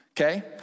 okay